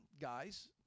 guys